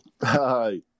Hi